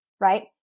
right